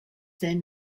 then